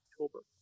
October